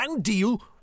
deal